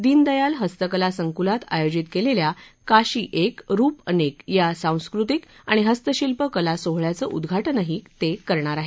दीनदयाल हस्तकला संकुलात आयोजित केलेल्या काशी एक रुप अनेक या सांस्कृतिक आणि हस्तशिल्प कला सोहळ्याचं उद्घाटनही करणार आहेत